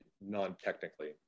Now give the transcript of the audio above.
non-technically